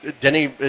Denny